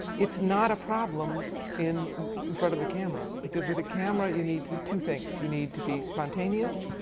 it's not a problem in front of a camera, because with a camera you need two two things. you need to be spontaneous,